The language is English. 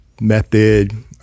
method